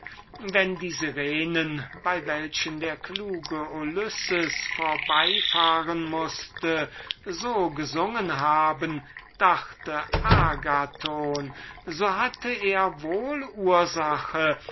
wenn die sirenen bei denen der kluge ulysses vorbeifahren mußte so gesungen haben dachte agathon so hatte er wohl ursache